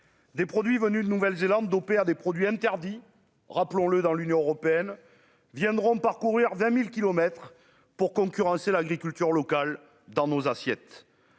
des produits venus de Nouvelle-Zélande opère des produits interdits, rappelons-le, dans l'Union européenne viendront parcourir 20000 kilomètres pour concurrencer l'agriculture locale dans nos assiettes,